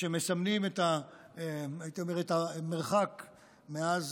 שמסמלים את המרחק מאז,